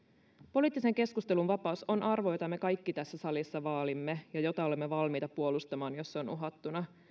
poliittisen keskustelun vapaus on arvo jota me kaikki tässä salissa vaalimme ja jota olemme valmiita puolustamaan jos se on uhattuna